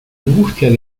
angustia